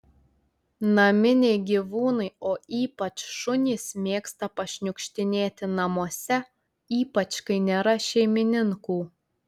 naminiai gyvūnai o ypač šunys mėgsta pašniukštinėti namuose ypač kai nėra šeimininkų